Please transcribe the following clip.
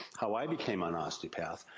how i became an osteopath,